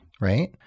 right